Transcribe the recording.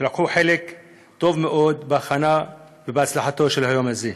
שלקחו חלק טוב מאוד בהכנה ובהצלחה של היום הזה.